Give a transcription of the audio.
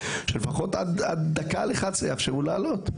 שלפחות עד 10:59 יאפשרו לעלות.